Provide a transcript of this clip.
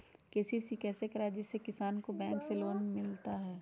KCC कैसे कराये जिसमे किसान को बैंक से लोन मिलता है?